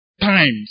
times